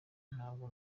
ntabwo